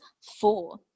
four